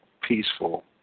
peaceful